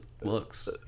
looks